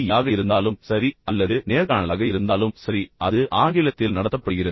யாக இருந்தாலும் சரி அல்லது நேர்காணலாக இருந்தாலும் சரி அது ஆங்கிலத்தில் நடத்தப்படுகிறது